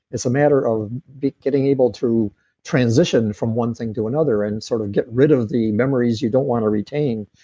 it's a matter of getting able to transition from one thing to another, and sort of get rid of the memories you don't want to retain,